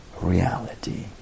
reality